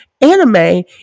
anime